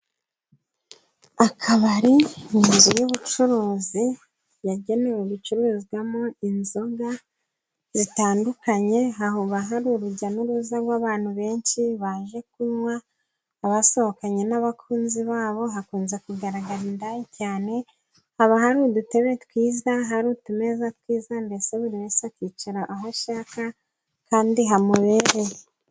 Akabari ni inzu y'ubucuruzi yagenewe gucururizwamo inzoga zitandukanye, haba hari urujya n'uruza rw'abantu benshi baje kunywa, abasohokanye n'abakunzi babo, hakunze kugaragara indaya cyane, haba hari udutebe twiza hari utumeza twiza, mbese buri wese akicara aho ashaka kandi hamubereye.